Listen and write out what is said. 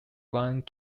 grand